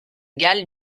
galles